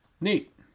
Neat